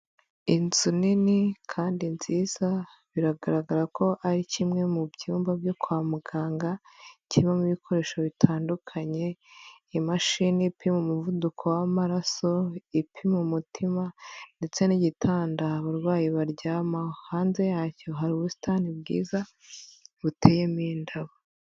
Inzu nini kandi nziza biragaragara ko ari kimwe mu byumba byo kwa muganga kibamo ibikoresho bitandukanye imashini ipima umuvuduko w'amaraso, ipima umutima ndetse n'igitanda abarwayi baryama, hanze yacyo hari ubusitani bwiza buteyemo indabo.